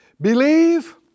Believe